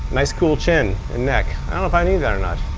nice cool chin and neck. i don't know if i need that or not.